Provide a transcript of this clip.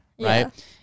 right